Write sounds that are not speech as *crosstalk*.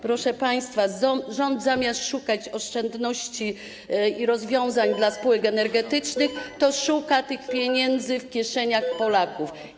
Proszę państwa, rząd zamiast szukać oszczędności i rozwiązań dla spółek energetycznych, *noise* szuka tych pieniędzy w kieszeniach Polaków.